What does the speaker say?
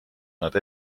nad